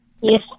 Yes